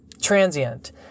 transient